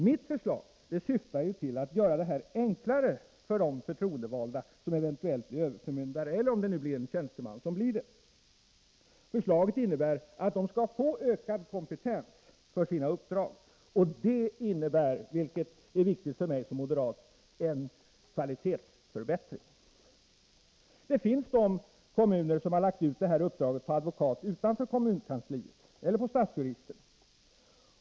Mitt förslag syftar till att göra det hela enklare för de förtroendevalda eller tjänstemän som eventuellt blir överförmyndare. Förslaget innebär att de skall få ökad kompetens för sitt uppdrag. Det innebär en kvalitetsförbättring, vilket är viktigt för mig som moderat. Det finns kommuner som har lagt ut det här uppdraget på en advokat utanför kommunkansliet eller på stadsjuristen.